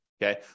Okay